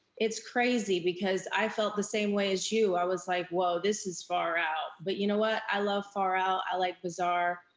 it's crazy, because i felt the same way as you. i was like, whoa, this is far out. but you know what, i love far out, i like bizarre.